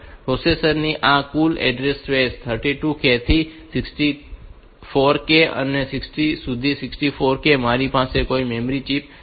processor ની આ કુલ એડ્રેસ સ્પેસ 32K થી 64K સુધી 64K છે મારી પાસે કોઈ મેમરી ચિપ નથી